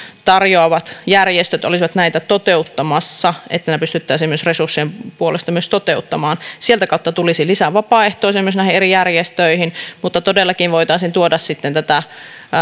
tarjoavat järjestöt olisivat näitä toteuttamassa että ne pystyttäisiin myös resurssien puolesta toteuttamaan sieltä kautta tulisi lisää vapaaehtoisia myös näihin eri järjestöihin mutta todellakin voitaisiin tuoda sitten tätä